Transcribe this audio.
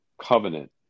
covenant